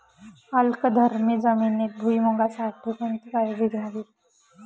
अल्कधर्मी जमिनीत भुईमूगासाठी कोणती काळजी घ्यावी?